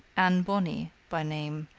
anne bonny, by name,